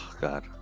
God